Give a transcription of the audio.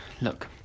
Look